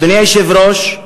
אדוני היושב-ראש,